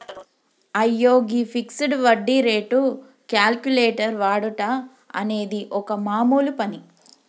అయ్యో గీ ఫిక్సడ్ వడ్డీ రేటు క్యాలిక్యులేటర్ వాడుట అనేది ఒక మామూలు పని